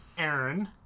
Aaron